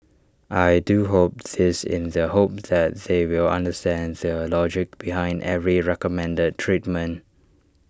I do hope this in the hope that they will understand the logic behind every recommended treatment